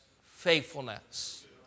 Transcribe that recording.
faithfulness